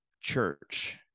church